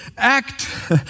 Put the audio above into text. act